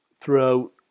throughout